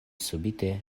subite